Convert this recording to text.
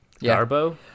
garbo